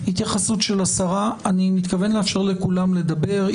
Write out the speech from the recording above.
התייחסות של השרה אני מתכוון לאפשר לכולם לדבר.